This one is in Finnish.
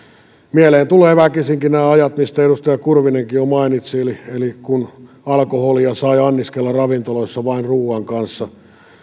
mieleen tulevat väkisinkin ne ajat mistä edustaja kurvinenkin jo mainitsi kun alkoholia sai anniskella ravintoloissa vain ruuan kanssa ja se